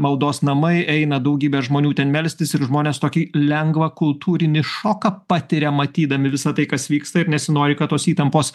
maldos namai eina daugybė žmonių ten melstis ir žmonės tokį lengvą kultūrinį šoką patiria matydami visa tai kas vyksta ir nesinori kad tos įtampos